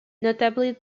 notably